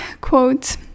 quote